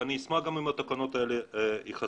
ואני אשמח אם גם התקנות האלה ייחשפו.